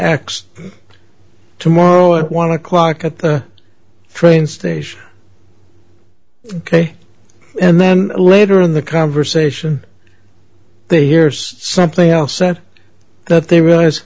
x tomorrow at one o'clock at the train station ok and then later in the conversation they hears something else and that they realize